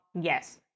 yes